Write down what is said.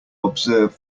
observe